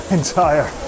entire